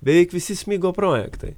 beveik visi smigo projektai